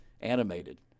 animated